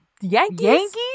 Yankees